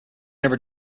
never